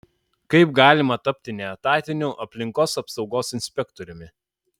kaip galima tapti neetatiniu aplinkos apsaugos inspektoriumi